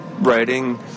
writing